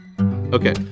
Okay